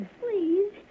Please